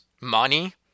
money